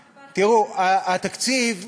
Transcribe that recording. תראו, התקציב הוא,